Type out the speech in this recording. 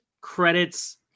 credits